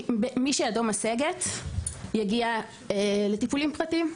מי שידו משגת יגיע לטיפולים פרטיים,